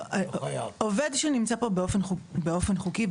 עובד שנמצא פה באופן חוקי,